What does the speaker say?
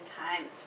times